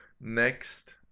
next